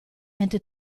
into